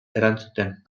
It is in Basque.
erantzuten